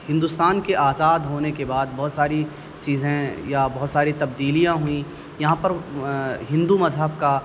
ہندوستان کے آزاد ہونے کے بعد بہت ساری چیزیں یا بہت ساری تبدیلیاں ہوئیں یہاں پر ہندو مذہب کا